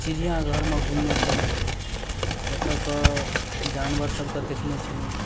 चिड़िआघरमे घुमने छलहुँ ओतऽके जानवरसबके देखने छलहुँ